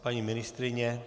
Paní ministryně?